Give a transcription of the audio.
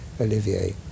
Olivier